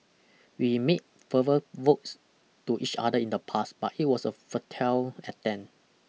we made verbal votes to each other in the past but it was a futile attempt